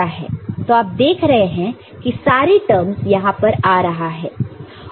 तो आप देख रहे हैं कि सारे टर्मस यहां पर आ रहा है